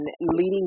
leading